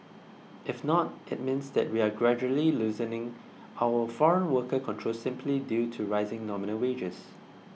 if not it means that we are gradually loosening our foreign worker controls simply due to rising nominal wages